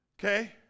Okay